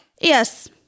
Yes